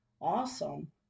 Awesome